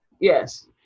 Yes